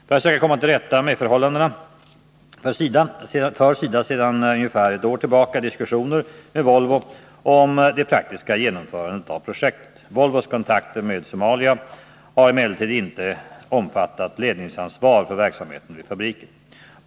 För att söka komma till rätta med förhållandena för SIDA sedan ungefär ett år tillbaka en dialog med Volvo om det praktiska genomförandet av projektet. Volvos kontrakt med Somalia har emellertid inte omfattat ledningsansvar för verksamheten vid fabriken.